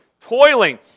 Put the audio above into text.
toiling